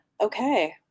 okay